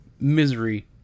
misery